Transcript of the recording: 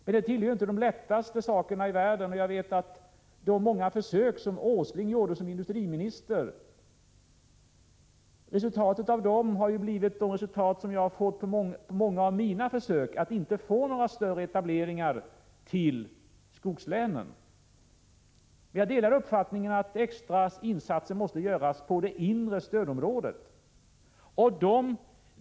Men detta tillhör inte de lättaste uppgifterna i världen, och jag vet att resultatet av de många försök som Nils Åsling gjorde som industriminister har blivit detsamma som det som jag har fått av många av mina försök, nämligen att det inte blivit några större etableringar till skogslänen. 159 Jag delar uppfattningen att extra insatser måste göras på det inre stödområdet.